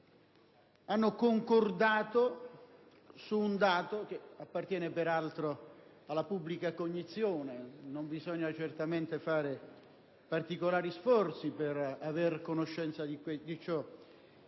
hanno concordato su un dato - che appartiene peraltro alla pubblica cognizione, non bisogna certamente fare particolari sforzi per avere conoscenza di ciò